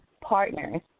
partners